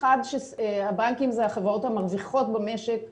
אחד, שהבנקים זה החברות המרוויחות במשק שנים.